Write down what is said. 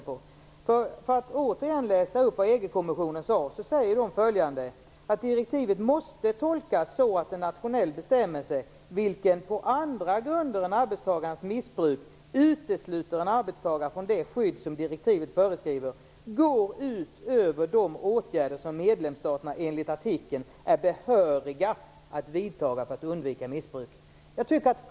Jag vill återigen läsa upp vad EG-kommissionen sade, nämligen att direktivet "måste tolkas så att en nationell bestämmelse vilken, på andra grunder än arbetstagarens missbruk, utesluter en arbetstagare från det skydd som direktivet föreskriver, går utöver de åtgärder som medlemsstaterna enligt artikeln är behöriga att vidta för att undvika missbruk".